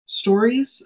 stories